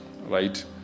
right